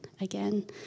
again